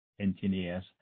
engineers